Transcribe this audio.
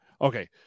Okay